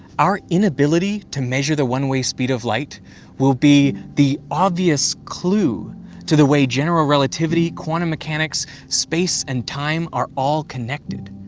our inability to measure the one way speed of light will be the obvious clue to the way general relativity, quantum mechanics, space and time are all connected.